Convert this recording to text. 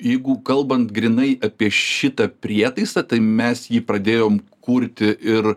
jeigu kalbant grynai apie šitą prietaisą tai mes jį pradėjom kurti ir